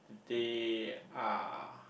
they are